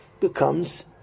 becomes